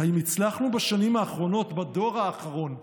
האם הצלחנו בשנים האחרונות, בדור האחרון,